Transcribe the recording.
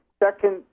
second